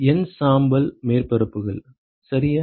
N சாம்பல் மேற்பரப்புகள் சரியா